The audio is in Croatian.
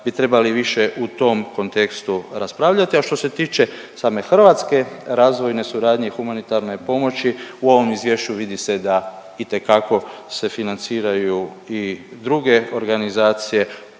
bi trebali više u tom kontekstu raspravljati. A što se tiče same Hrvatske razvojne suradnje i humanitarne pomoći u ovom izvješću vidi se da itekako se financiraju i druge organizacije